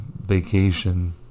vacation